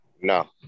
no